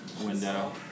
window